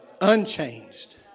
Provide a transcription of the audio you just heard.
Unchanged